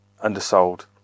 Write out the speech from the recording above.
undersold